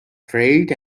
trade